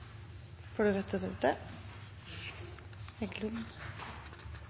får ryddet opp? Det